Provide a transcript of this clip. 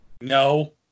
No